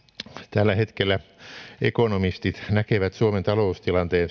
tällä hetkellä ekonomistit näkevät suomen taloustilanteen